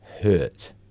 hurt